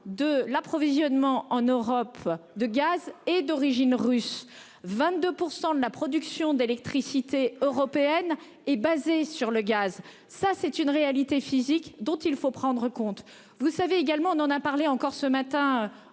de l'approvisionnement en Europe de gaz et d'origine russe, 22% de la production d'électricité européenne est basé sur le gaz. Ça c'est une réalité physique dont il faut prendre en compte. Vous savez également, on en a parlé encore ce matin